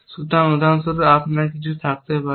সুতরাং উদাহরণস্বরূপ আপনার কিছু থাকতে পারে